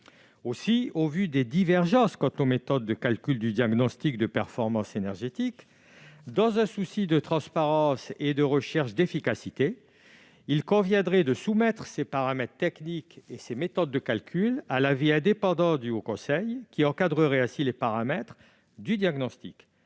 Aussi, au vu des divergences sur les méthodes de calcul du diagnostic de performance énergétique, dans un souci de transparence et de recherche d'efficacité, il conviendrait de soumettre les paramètres techniques et les méthodes de calcul à l'avis indépendant du Haut Conseil, qui les encadrerait ainsi. Comme je l'ai